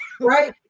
Right